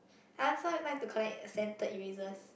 I also like like to collect scented erasers